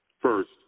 First